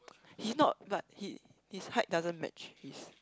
he's not but he his height doesn't match his